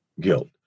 guilt